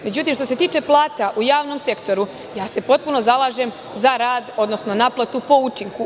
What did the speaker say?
Međutim, što se tiče plata u javnom sektoru, potpuno se zalažem za rad, odnosno naplatu po učinku.